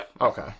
Okay